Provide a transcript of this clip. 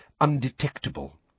undetectable